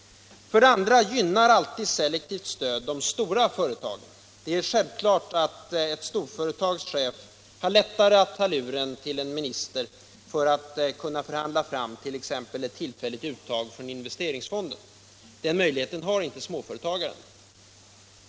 För det andra gynnar alltid selektivt stöd de stora företagen. Ett storföretags chef kan ta telefonluren till en minister för att kunna förhandla fram t.ex. ett tillfälligt uttag från investeringsfonden. Den möjligheten har inte småföretagaren.